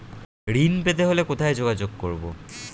ঋণ পেতে হলে কোথায় যোগাযোগ করব?